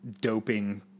doping